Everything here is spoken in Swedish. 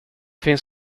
finns